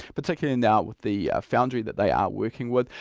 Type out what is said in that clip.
particularly now with the foundry that they are working with,